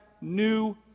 new